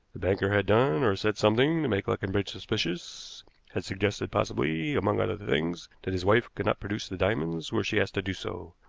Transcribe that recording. the banker had done or said something to make leconbridge suspicious had suggested possibly, among other things, that his wife could not produce the diamonds were she asked to do so.